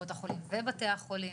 קופות החולים ובתי החולים.